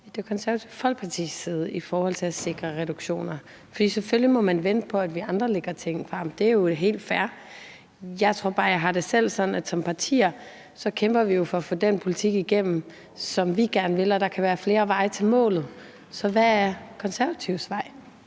Det Konservative Folkepartis side i forhold til at sikre reduktioner. For man må selvfølgelig vente på, at vi andre lægger nogle ting frem, og det er jo helt fair. Jeg har det bare selv sådan, at vi som partier kæmper for at få den politik, som vi gerne vil have, igennem, og at der kan være flere veje til målet. Så hvad er Konservatives vej?